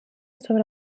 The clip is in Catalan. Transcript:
sobre